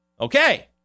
Okay